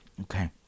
Okay